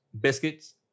biscuits